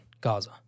Gaza